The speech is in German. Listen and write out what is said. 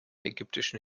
ägyptischen